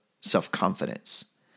self-confidence